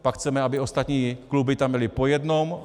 Pak chceme, aby ostatní kluby tam byly po jednom.